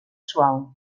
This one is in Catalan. suau